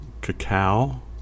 Cacao